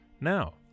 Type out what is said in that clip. Now